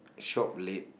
shop late